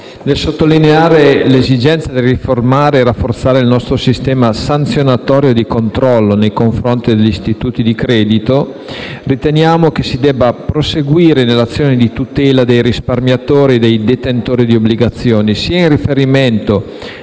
nel sottolineare l'esigenza di riformare e rafforzare il nostro sistema sanzionatorio e di controllo nei confronti degli istituti di credito, riteniamo che si debba proseguire nell'azione di tutela dei risparmiatori e dei detentori di obbligazioni, sia in riferimento